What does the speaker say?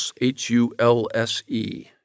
H-U-L-S-E